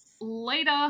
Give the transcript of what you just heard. later